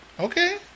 Okay